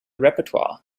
repertoire